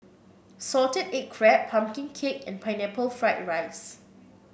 Salted Egg Crab pumpkin cake and Pineapple Fried Rice